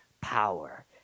power